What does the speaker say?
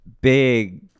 big